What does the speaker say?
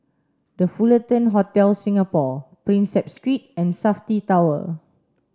The Fullerton Hotel Singapore Prinsep Street and SAFTI Tower